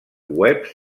webs